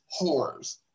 whores